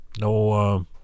no